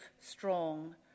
strong